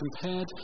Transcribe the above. compared